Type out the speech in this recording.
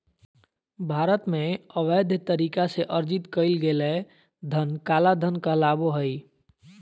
भारत में, अवैध तरीका से अर्जित कइल गेलय धन काला धन कहलाबो हइ